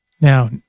Now